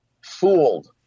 fooled